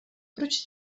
proč